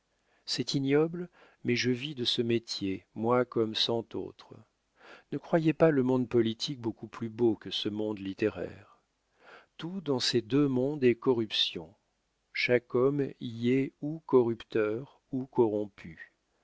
c'est ignoble mais je vis de ce métier moi comme cent autres ne croyez pas le monde politique beaucoup plus beau que ce monde littéraire tout dans ces deux mondes est corruption chaque homme y est ou corrupteur ou corrompu